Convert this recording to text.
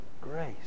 grace